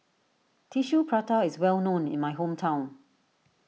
Tissue Prata is well known in my hometown